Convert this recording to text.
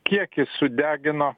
kiek jis sudegina